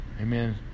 Amen